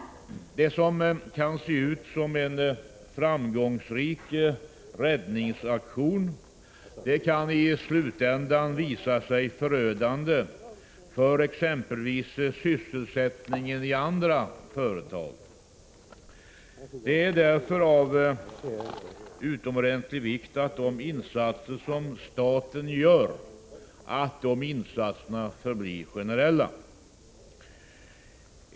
Det som kan se ut som en framgångsrik räddningsaktion kan i slutändan visa sig förödande för exempelvis sysselsättningen i andra företag. Det är därför av utomordentlig vikt att de insatser som staten gör förblir generella.